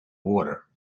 water